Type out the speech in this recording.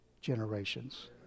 generations